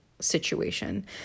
situation